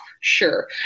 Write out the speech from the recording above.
sure